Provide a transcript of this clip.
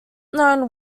known